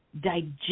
digest